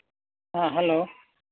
ᱦᱮᱸ ᱦᱮᱞᱳ